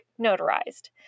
notarized